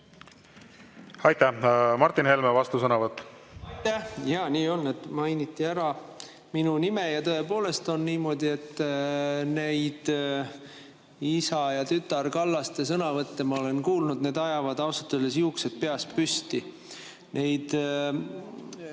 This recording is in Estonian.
Aitäh! Martin Helme vastusõnavõtt.